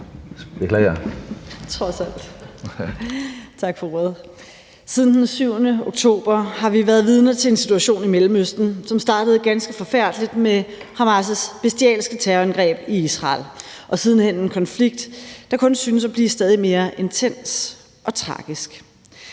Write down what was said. den 7. oktober har vi været vidne til en situation i Mellemøsten, som startede ganske forfærdeligt med Hamas' bestialske terrorangreb i Israel, og siden hen en konflikt, der kun synes at blive stadigt mere intens og tragisk.